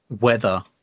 weather